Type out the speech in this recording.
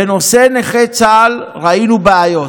בנושא נכי צה"ל ראינו בעיות.